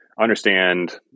understand